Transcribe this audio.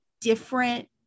different